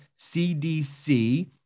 CDC